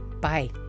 Bye